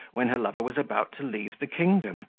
when her lover was about to leave the kingdom,